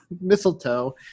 mistletoe